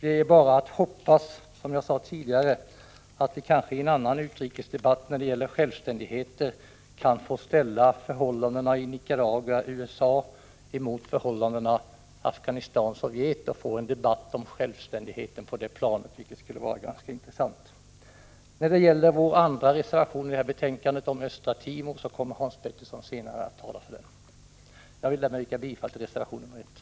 Det är bara att hoppas att vi i en annan utrikesdebatt om självständighet kan få ställa förhållandet Nicaragua-USA mot förhållandet Afghanistan-Sovjet och få en debatt om självständigheten på det planet, vilket skulle vara ganska intressant. Vår andra reservation om Östra Timor kommer Hans Petersson i Hallstahammar att tala om. Jag yrkar bifall till reservation 1.